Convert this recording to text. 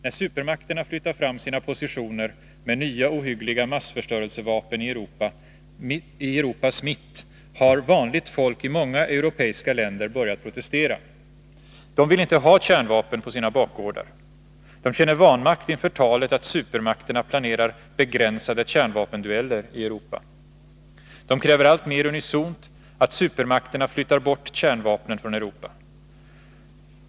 När supermakterna flyttar fram sina positioner med nya ohyggliga massförstörelsevapen i Europas mitt, har vanligt folk i många europeiska länder börjat protestera. De vill inte ha kärnvapen på sina bakgårdar. De känner vanmakt inför talet att supermakterna planerar begränsade kärnvapendueller i Europa. De kräver alltmer unisont att supermakterna flyttar bort kärnvapnen från Europa.